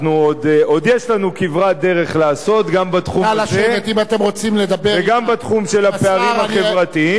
עוד יש לנו כברת דרך לעשות גם בתחום הזה וגם בתחום של הפערים החברתיים,